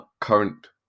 current